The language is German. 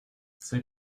zeig